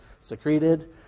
secreted